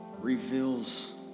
reveals